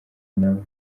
nawe